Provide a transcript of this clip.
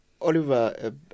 oliver